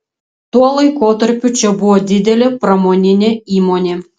tuo laikotarpiu čia buvo didelė pramoninė įmonė